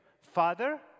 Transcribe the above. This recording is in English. Father